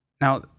Now